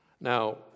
Now